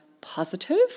positive